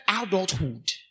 adulthood